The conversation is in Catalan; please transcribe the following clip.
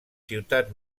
ciutats